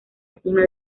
sima